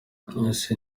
ese